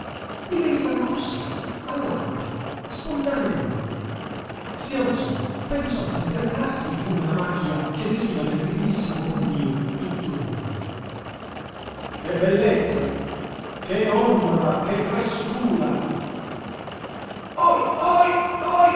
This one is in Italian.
gli venivano spesso cosí a lampi spontaneamente si alzò pensò d'internarsi giú nella macchia che vestiva nel ripidissimo pendío tutto il monte che bellezza che ombra che frescura